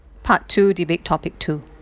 part two debate topic two